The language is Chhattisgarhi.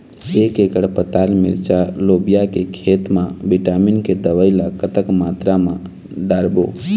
एक एकड़ पताल मिरचा लोबिया के खेत मा विटामिन के दवई ला कतक मात्रा म डारबो?